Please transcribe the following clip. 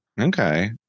Okay